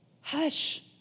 hush